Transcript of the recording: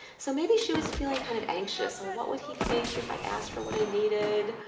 so maybe she was feeling kind of anxious so what would he think if i asked for what i needed?